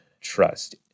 trust